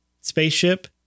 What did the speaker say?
spaceship